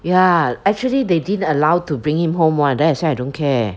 ya actually they didn't allow to bring him home one then I say I don't care